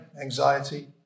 anxiety